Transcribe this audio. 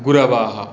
गुरवः